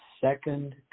second